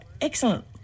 Excellent